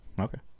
Okay